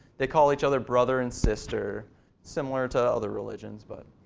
they call each other brother and sister similar to other religions. but